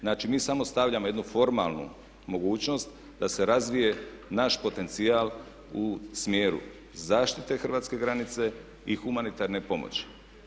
Znači mi samo stavljamo jednu formalnu mogućnost da se razvije naš potencijal u smjeru zaštite hrvatske granice i humanitarne pomoći.